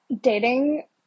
dating